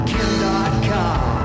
Kim.com